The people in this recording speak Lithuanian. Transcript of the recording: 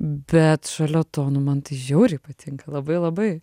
bet šalia to nu man tai žiauriai patinka labai labai